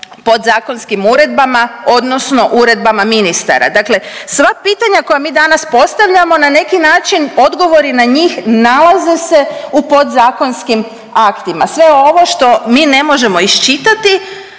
podzakonskim uredbama odnosno uredbama ministara. Dakle, sva pitanja koja mi danas postavljamo na neki način odgovori na njih nalaze se u podzakonskim aktima, sve ovo što mi ne možemo iščitati